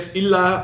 illa